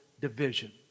division